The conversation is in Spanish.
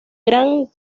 gran